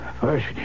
First